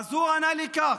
אז הוא ענה לי כך,